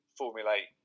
formulate